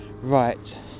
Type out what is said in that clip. right